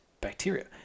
bacteria